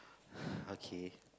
okay